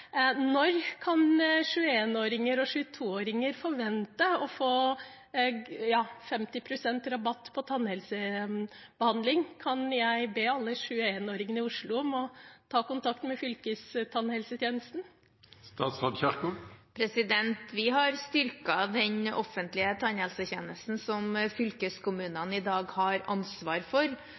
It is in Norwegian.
Når kan 21-åringer og 22-åringer forvente å få 50 pst. rabatt på tannhelsebehandling? Kan jeg be alle 21-åringene i Oslo om å ta kontakt med fylkestannhelsetjenesten? Vi har styrket den offentlige tannhelsetjenesten som fylkeskommunene i dag har ansvaret for,